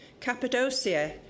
Cappadocia